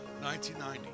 1990